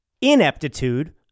ineptitude